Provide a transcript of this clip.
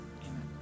Amen